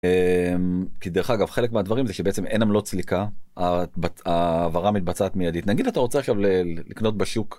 כי דרך אגב, חלק מהדברים זה שבעצם אין עמלות סליקה, ההעברה מתבצעת מידית, נגיד אתה רוצה עכשיו לקנות בשוק.